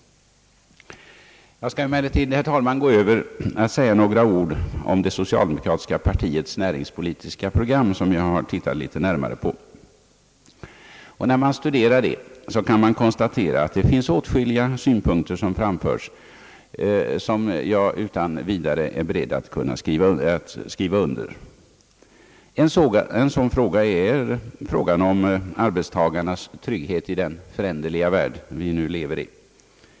Jag skall, herr talman, gå över till att säga några ord om det socialdemokratiska partiets näringspolitiska program, som jag har sett litet närmare på. Åtskilliga synpunkter som där framförts är jag utan vidare beredd att skriva under, t.ex. i fråga om arbetstagarnas trygghet i den föränderliga värld vi nu lever i.